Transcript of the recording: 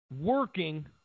working